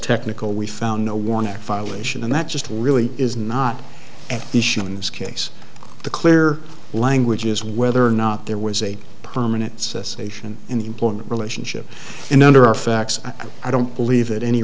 technical we found no warning violation and that just really is not at issue in this case the clear language is whether or not there was a permanent cessation in the employment relationship and under our facts i don't believe it any